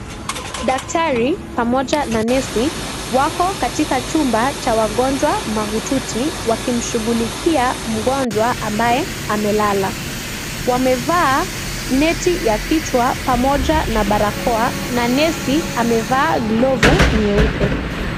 Daktari pamoja na nesi wako katika chumba cha wagonjwa mahututi wakimshughulikia mgonjwa ambaye amelala. Wamevaa neti ya kichwa pamoja na barakoa na nesi amevaa glovu nyeupe.